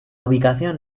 ubicación